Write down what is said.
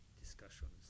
discussions